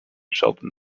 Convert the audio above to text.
sheldon